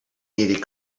needed